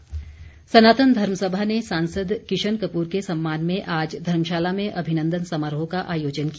किशन कपूर सनातन धर्म सभा ने सांसद किशन कपूर के सम्मान में आज धर्मशाला में अभिनन्दन समारोह का आयोजन किया